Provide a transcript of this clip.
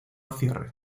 cierre